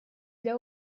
для